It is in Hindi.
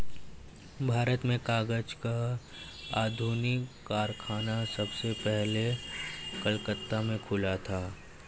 भारत में कागज का आधुनिक कारखाना सबसे पहले कलकत्ता में खुला था